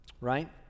right